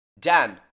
Dan